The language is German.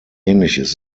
ähnliches